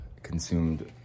consumed